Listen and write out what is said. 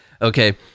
Okay